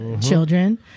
children